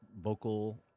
vocal